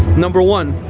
number one,